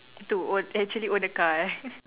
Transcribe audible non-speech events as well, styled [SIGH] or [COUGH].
to own actually own a car eh [LAUGHS]